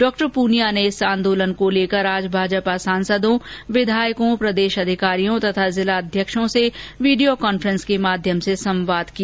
डॉ पूनिया ने इस आंदोलन को लेकर आज भाजपा सांसदों विधायकों प्रदेश अधिकारियों तथा जिला अध्यक्षों से वीडियो कॉन्फ्रेन्स के माध्यम से संवाद किया